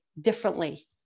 differently